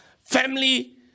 family